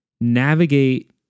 navigate